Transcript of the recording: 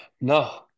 no